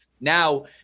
Now